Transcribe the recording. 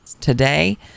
today